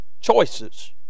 choices